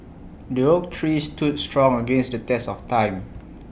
the oak tree stood strong against the test of time